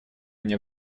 мне